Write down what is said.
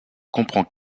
comprend